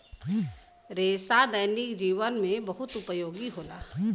रेसा दैनिक जीवन में बहुत उपयोगी होला